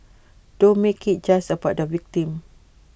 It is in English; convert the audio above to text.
don't make IT just about the victim